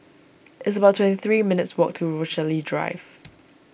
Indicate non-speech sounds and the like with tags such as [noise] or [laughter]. it's about twenty three minutes' walk to Rochalie Drive [noise]